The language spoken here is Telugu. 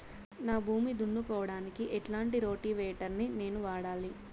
నా భూమి దున్నుకోవడానికి ఎట్లాంటి రోటివేటర్ ని నేను వాడాలి?